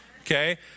Okay